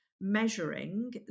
measuring